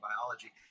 biology